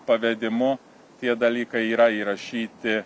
pavedimu tie dalykai yra įrašyti